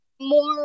more